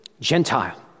Gentile